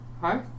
Hi